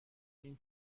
این